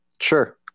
Sure